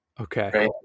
Okay